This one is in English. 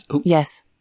yes